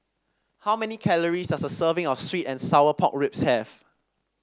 how many calories does a serving of sweet and Sour Pork Ribs have